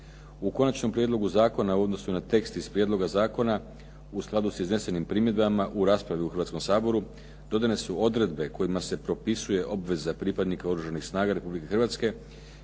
U končanom prijedlogu zakona u odnosu na tekst iz prijedloga zakona u skladu sa iznesenim primjedbama u raspravi u Hrvatskom saboru, dodane su odredbe kojima se propisuje obveza pripadnika Oružanih snaga Republike Hrvatske,